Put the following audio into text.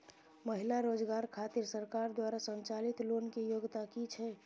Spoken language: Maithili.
महिला रोजगार खातिर सरकार द्वारा संचालित लोन के योग्यता कि छै?